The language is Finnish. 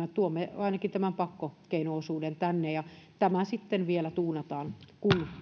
että tuomme ainakin tämän pakkokeino osuuden tänne ja tämä sitten vielä tuunataan